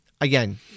again